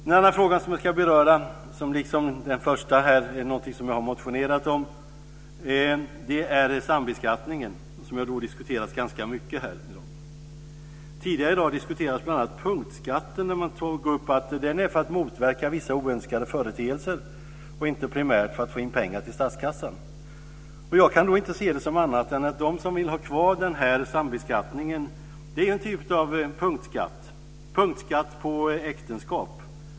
En annan fråga som jag tänkte beröra och som, liksom den första frågan, är något som jag har motionerat om gäller sambeskattningen, som ju har diskuterats ganska mycket här i dag. Tidigare i dag diskuterades bl.a. punktskatten. Det sades att den är till för att motverka vissa oönskade företeelser, inte primärt för att få in pengar till statskassan. Jag kan inte se annat än att den här sambeskattningen, som en del vill ha kvar, är en typ av punktskatt - punktskatt på äktenskap.